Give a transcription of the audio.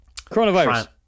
coronavirus